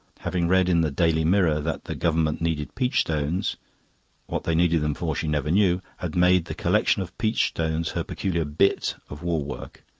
having read in the daily mirror that the government needed peach stones what they needed them for she never knew had made the collection of peach stones her peculiar bit of war work.